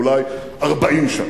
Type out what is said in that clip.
אולי 40 שנה.